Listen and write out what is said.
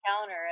counter